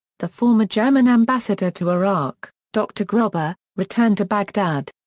the former german ambassador to iraq, dr. grobba, returned to baghdad.